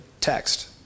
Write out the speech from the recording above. text